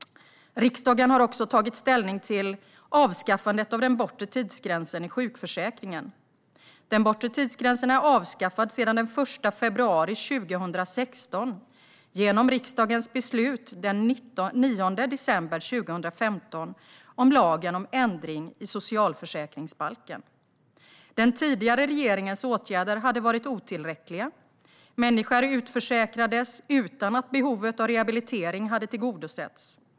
Riksdagen har också tagit ställning till avskaffandet av den bortre tidsgränsen i sjukförsäkringen. Den bortre tidsgränsen är avskaffad sedan den 1 februari 2016 genom riksdagens beslut den 9 december 2015 om lagen om ändring i socialförsäkringsbalken. Den tidigare regeringens åtgärder hade varit otillräckliga. Människor utförsäkrades utan att behovet av rehabilitering hade tillgodosetts.